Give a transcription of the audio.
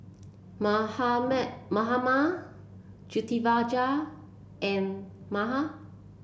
Mahatma Pritiviraj and Medha